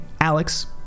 Alex